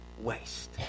waste